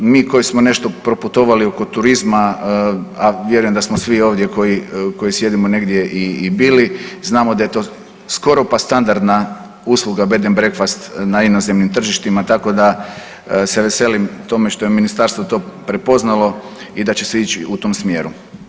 Mi koji smo nešto proputovali oko turizma, a vjerujem da smo svi ovdje koji, koji sjedimo negdje i, i bili, znamo da je to skoro pa standardna usluga bed & breakfast na inozemnim tržištima, tako da se veselim tome što je ministarstvo to prepoznalo i da će se ići u tom smjeru.